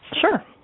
Sure